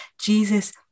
Jesus